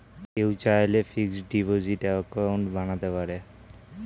কেউ চাইলে fixed deposit account বানাতে পারেন